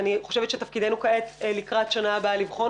אני חושבת שתפקידנו כעת הוא לבחון אותו לקראת השנה הבאה.